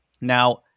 Now